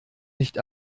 nicht